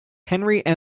henry